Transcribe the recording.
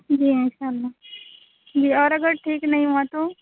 جی ان شاء اللہ اور اگر ٹھیک نہیں ہوا تو